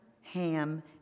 Ham